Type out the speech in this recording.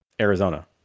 arizona